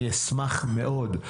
אני אשמח מאוד.